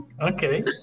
Okay